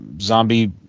zombie